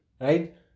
right